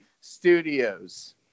studios